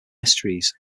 mysteries